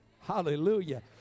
Hallelujah